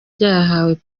ryahawe